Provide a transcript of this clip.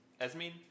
Esmeen